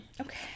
Okay